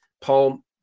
Paul